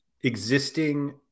existing